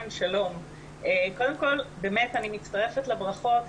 שלום, קודם כל באמת אני מצטרפת לברכות.